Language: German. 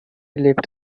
lebt